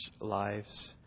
lives